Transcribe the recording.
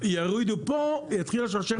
-- חושבים שאם יורידו פה, תתחיל השרשרת.